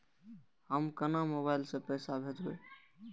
हम केना मोबाइल से पैसा भेजब?